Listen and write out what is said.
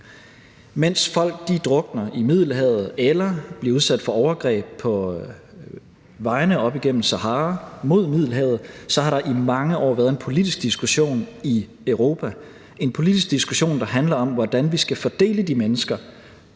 Mens folk drukner i Middelhavet eller bliver udsat for overgreb på vejene op igennem Sahara mod Middelhavet, har der i mange år været en politisk diskussion i Europa – en politisk diskussion, der handler om, hvordan vi skal fordele de mennesker,